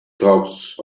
talks